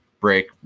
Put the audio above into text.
break